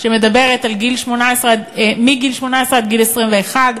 שמדברת על מגיל 18 עד גיל 21,